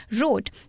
wrote